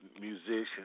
musicians